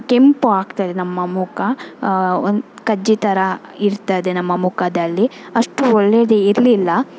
ಕೆಂಪು ಆಗ್ತದೆ ನಮ್ಮ ಮುಖ ಒನ್ ಕಜ್ಜಿ ಥರ ಇರ್ತದೆ ನಮ್ಮ ಮುಖದಲ್ಲಿ ಅಷ್ಟು ಒಳ್ಳೆಯದು ಇರಲಿಲ್ಲ